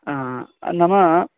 नाम